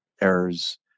errors